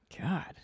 God